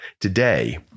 today